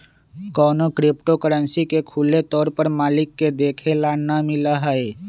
कौनो crypto currency के खुले तौर पर मालिक के देखे ला ना मिला हई